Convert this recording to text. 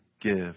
give